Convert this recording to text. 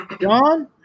John